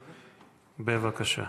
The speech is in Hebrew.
בבקשה.